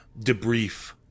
debrief